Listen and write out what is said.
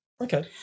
Okay